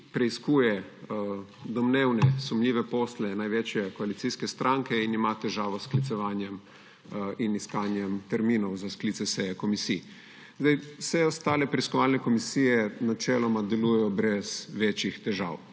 preiskuje domnevne sumljive posle največje koalicijske stranke in imate težavo s sklicevanjem in iskanjem terminov za sklice seje komisije. Vse ostale preiskovalne komisije načeloma delujejo brez večjih težav.